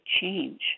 change